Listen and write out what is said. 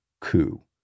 coup